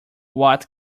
what